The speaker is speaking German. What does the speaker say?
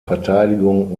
verteidigung